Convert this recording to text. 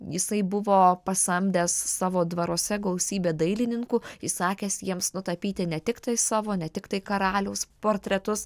jisai buvo pasamdęs savo dvaruose gausybę dailininkų įsakęs jiems nutapyti ne tiktai savo ne tiktai karaliaus portretus